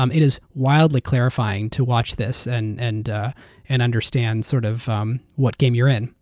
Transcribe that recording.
um it is wildly clarifying to watch this and and ah and understand sort of um what game you're in.